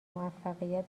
موفقیت